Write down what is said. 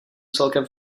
celkem